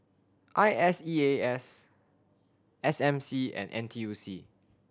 I S E A S S M C and N T U C